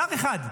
שר אחד,